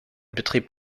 betrieb